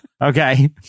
Okay